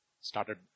Started